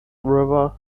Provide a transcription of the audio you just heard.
river